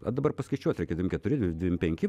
o dabar paskaičiuot reikia dvidešimt keturi dvidešimt penki